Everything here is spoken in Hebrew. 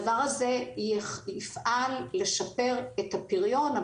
הדבר הזה יפעל לשפר את הפריון,